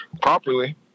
properly